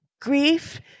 Grief